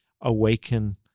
awaken